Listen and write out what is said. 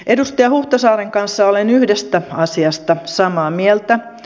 edustaja huhtasaaren kanssa olen yhdestä asiasta samaa mieltä